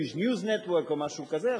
או משהו כזה.